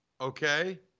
okay